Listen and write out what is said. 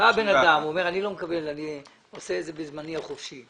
בא בן אדם ואומר שהוא עושה את זה בזמנו החופשי,